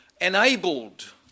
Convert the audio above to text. enabled